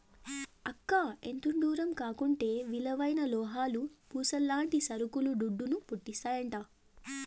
అక్కా, ఎంతిడ్డూరం కాకుంటే విలువైన లోహాలు, పూసల్లాంటి సరుకులు దుడ్డును, పుట్టిస్తాయంట